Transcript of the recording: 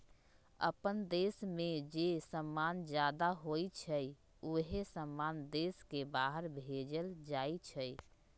अप्पन देश में जे समान जादा होई छई उहे समान देश के बाहर भेजल जाई छई